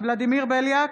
ולדימיר בליאק,